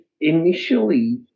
initially